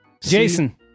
Jason